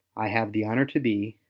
i have the honor to be,